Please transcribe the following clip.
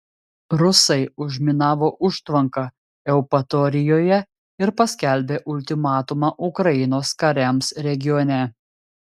rusai užminavo užtvanką eupatorijoje ir paskelbė ultimatumą ukrainos kariams regione